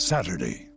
Saturday